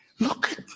Look